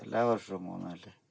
എല്ലാ വർഷവും പോകുന്നതല്ലേ